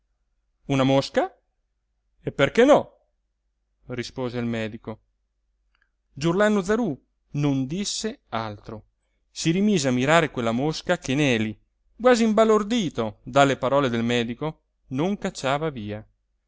una mosca e perché no rispose il medico giurlannu zarú non disse altro si rimise a mirare quella mosca che neli quasi imbalordito dalle parole del medico non cacciava via